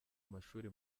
mashuri